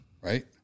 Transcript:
Right